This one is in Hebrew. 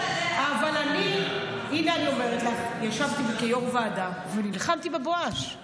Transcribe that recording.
אבל אני ישבתי כיו"ר ועדה ונלחמתי בבואש על